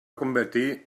convertir